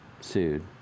sued